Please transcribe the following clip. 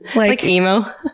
like emo?